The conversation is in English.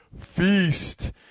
FEAST